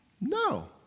No